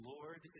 Lord